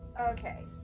Okay